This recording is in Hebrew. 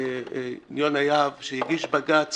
יונה יהב, שהגיש בג"ץ